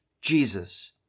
Jesus